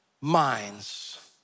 minds